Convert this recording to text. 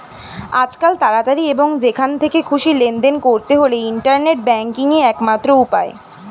আজকাল তাড়াতাড়ি এবং যেখান থেকে খুশি লেনদেন করতে হলে ইন্টারনেট ব্যাংকিংই একমাত্র উপায়